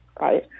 right